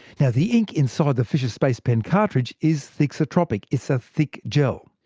the the ink inside the fisher space pen cartridge is thixotropic it's a thick gel.